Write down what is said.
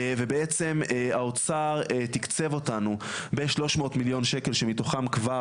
ובעצם האוצר תיקצב אותנו ב-300 מיליון שקל שמתוכם כבר